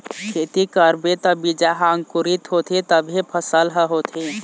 खेती करबे त बीजा ह अंकुरित होथे तभे फसल ह होथे